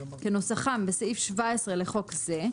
כנוסחם בסעיף 17 לחוק זה,